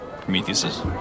Prometheus